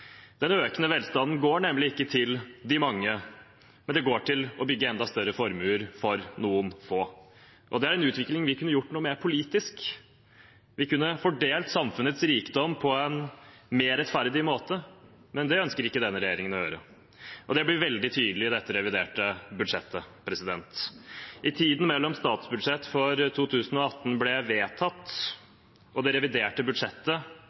Den økende velstanden går nemlig ikke til de mange, men til å bygge enda større formuer for noen få. Det er en utvikling vi kunne gjort noe med politisk. Vi kunne fordelt samfunnets rikdom på en mer rettferdig måte, men det ønsker ikke denne regjeringen å gjøre, og det blir veldig tydelig i dette reviderte budsjettet. I tiden mellom da statsbudsjettet for 2018 ble vedtatt, og det reviderte budsjettet